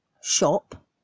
shop